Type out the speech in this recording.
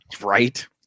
Right